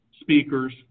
speakers